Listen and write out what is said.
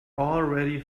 already